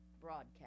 broadcast